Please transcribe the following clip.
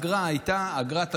האגרה הייתה אגרת השבת,